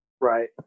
Right